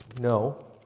No